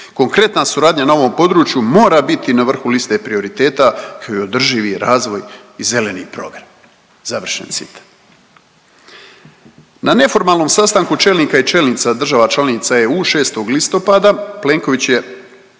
Konkretna suradnja na ovom području mora biti na vrhu liste prioriteta koji je održivi razvoj i zeleni program. Završen citat. Na neformalnom sastanku čelnika i čelnica država članica EU 6. listopada Plenković je